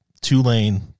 two-lane